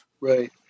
right